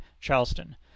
charleston